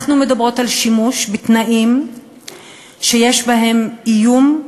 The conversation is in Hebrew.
אנחנו מדברות על שימוש בתנאים שיש בהם איום,